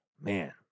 Man